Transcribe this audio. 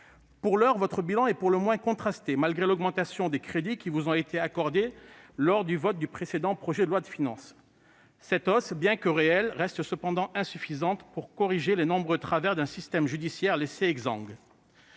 Pour l'heure, votre bilan est pour le moins contrasté : l'augmentation bien réelle des crédits qui vous ont été accordés lors du vote du précédent projet de loi de finances reste cependant insuffisante pour corriger les nombreux travers d'un système judiciaire laissé exsangue.